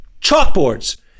chalkboards